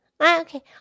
Okay